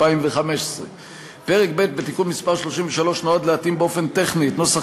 2015. פרק ב' בתיקון מס' 33 נועד להתאים באופן טכני את נוסח